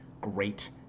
great